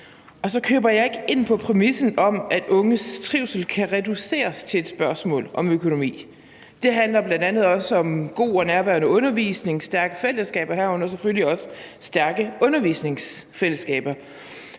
Så køber jeg ikke ind på præmissen om, at unges trivsel kan reduceres til et spørgsmål om økonomi. Det handler bl.a. også om god og nærværende undervisning og stærke fællesskaber, herunder selvfølgelig også stærke undervisningsfællesskaber.